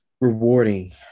rewarding